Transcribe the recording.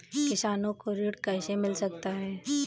किसानों को ऋण कैसे मिल सकता है?